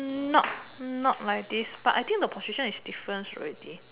not not like this but I think the position is different already